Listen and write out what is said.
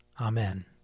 Amen